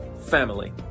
family